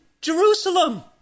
Jerusalem